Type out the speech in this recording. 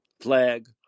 flag